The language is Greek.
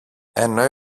ενώ